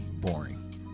boring